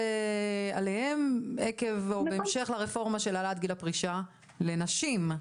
עליהם עקב או בהמשך לרפורמה של העלאת גיל הפרישה לנשים,